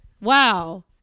wow